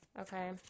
Okay